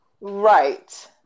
Right